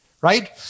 right